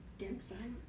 damn son